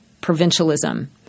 provincialism